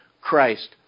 Christ